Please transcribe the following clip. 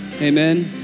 Amen